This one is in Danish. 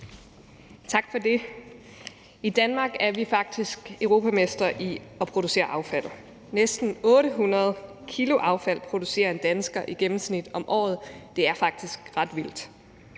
Tak for det. I Danmark er vi faktisk europamestre i at producere affald. Næsten 800 kg affald producerer en dansker i gennemsnit om året. Det er faktisk ret vildt.